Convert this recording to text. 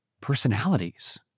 personalities